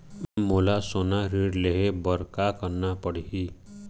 मोला सोना ऋण लहे बर का करना पड़ही?